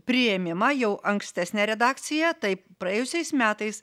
priėmimą jau ankstesnę redakciją taip praėjusiais metais